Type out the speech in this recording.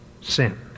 sin